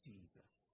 Jesus